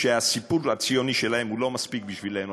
שהסיפור הציוני שלהם הוא לא מספיק בשבילנו,